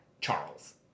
Charles